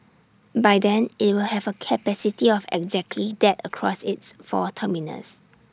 by then IT will have A capacity of exactly that across its four terminals